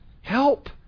help